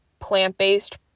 plant-based